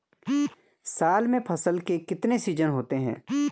साल में फसल के कितने सीजन होते हैं?